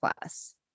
plus